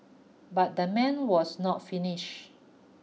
but the man was not finished